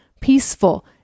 peaceful